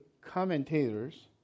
commentators